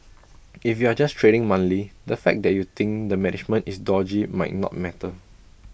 if you're just trading monthly the fact that you think the management is dodgy might not matter